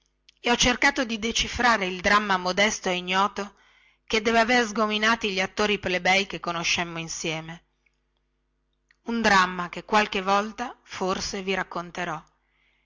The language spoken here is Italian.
e ho cercato di decifrare il dramma modesto e ignoto che deve aver sgominati gli attori plebei che conoscemmo insieme un dramma che qualche volta forse vi racconterò